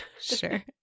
Sure